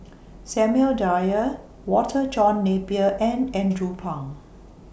Samuel Dyer Walter John Napier and Andrew Phang